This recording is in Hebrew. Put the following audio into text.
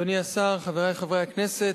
תודה רבה, אדוני השר, חברי חברי הכנסת,